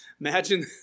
Imagine